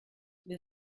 wir